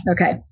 Okay